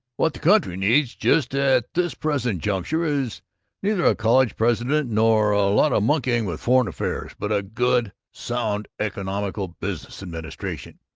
what the country needs just at this present juncture is neither a college president nor a lot of monkeying with foreign affairs, but a good sound economical business administration,